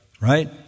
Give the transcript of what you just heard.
right